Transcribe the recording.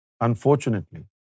unfortunately